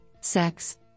sex